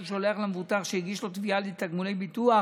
שולח למבוטח שהגיש לו תביעה לתגמולי ביטוח